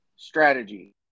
strategy